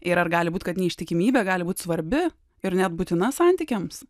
ir ar gali būt kad neištikimybė gali būti svarbi ir net būtina santykiams